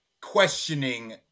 questioning